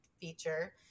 feature